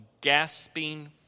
gasping